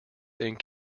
ink